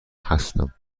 هستم